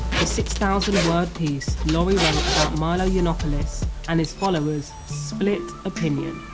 the six thousand word piece laurie wrote about milo yiannopoulos and his followers split opinion.